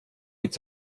быть